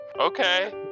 Okay